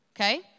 Okay